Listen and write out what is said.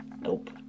Nope